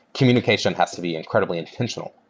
communication has to be incredibly intentional.